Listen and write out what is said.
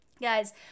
guys